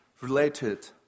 related